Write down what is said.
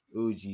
OG